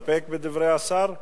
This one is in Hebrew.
אתה מסתפק בדברי השר או,